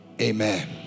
amen